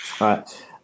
Right